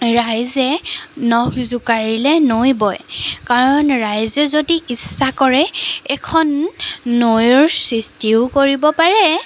ৰাইজে নখ জোকাৰিলে নৈ বয় কাৰণ ৰাইজে যদি ইচ্ছা কৰে এখন নৈয়ৰ সৃষ্টিও কৰিব পাৰে